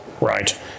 right